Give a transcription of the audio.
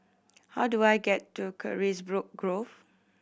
how do I get to Carisbrooke Grove